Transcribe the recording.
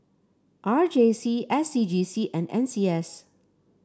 R J C S C G C and N C S